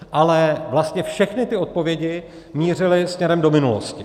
Ale vlastně všechny ty odpovědi mířily směrem do minulosti.